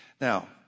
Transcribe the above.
Now